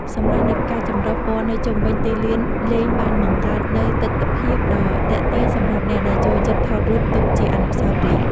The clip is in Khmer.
សម្រស់នៃផ្កាចម្រុះពណ៌នៅជុំវិញទីលានលេងបានបង្កើតនូវទិដ្ឋភាពដ៏ទាក់ទាញសម្រាប់អ្នកដែលចូលចិត្តថតរូបទុកជាអនុស្សាវរីយ៍។